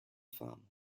farmland